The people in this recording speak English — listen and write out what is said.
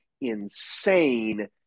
insane